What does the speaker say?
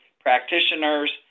practitioners